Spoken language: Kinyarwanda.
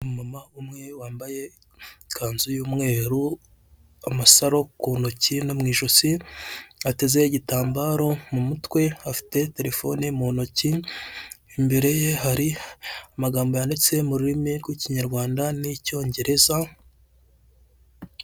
Umumama umwe wambaye ikanzu y'umweru, amasaro ku ntoki no mu ijosi, ateze igitambaro mu mutwe, afite terefone mu ntoki. Imbere ye hari amagambo yanditse mu rurimi rw'ikinyarwanda n'icyongereza.